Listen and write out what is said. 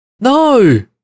No